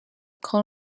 car